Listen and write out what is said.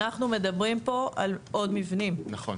אנחנו מדברים פה על עוד מבנים.